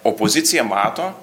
opozicija mato